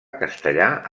castellà